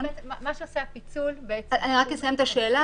מה שעושה הפיצול --- אני רק אסיים את השאלה,